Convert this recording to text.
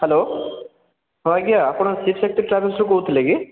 hello ହଁ ଆଜ୍ଞା ଆପଣ ଶିବଶକ୍ତି ଟ୍ରାଭେଲ୍ସ୍ ରୁ କହୁଥିଲେ କି